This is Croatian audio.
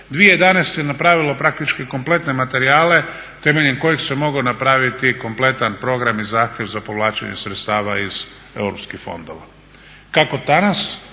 2011. je napravilo praktički kompletne materijale temeljem kojeg se mogao napraviti kompletan program i zahtjev za povlačenje sredstava iz EU fondova,